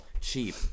Cheap